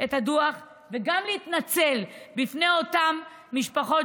את הדוח וגם להתנצל בפני אותן משפחות,